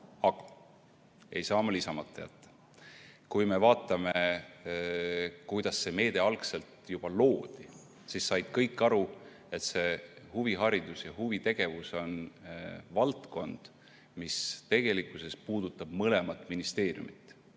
Aga ei saa lisamata jätta, et kui me vaatame, kuidas see meede algselt loodi, siis said kõik aru, et huviharidus ja huvitegevus on valdkond, mis tegelikkuses puudutab mõlemat ministeeriumit.